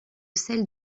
celle